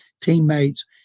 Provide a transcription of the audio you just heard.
teammates